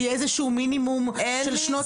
שיהיה איזשהו מינימום של שנות